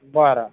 बरं